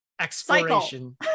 exploration